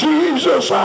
Jesus